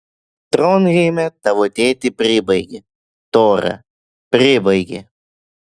tronheime tavo tėtį pribaigė tora pribaigė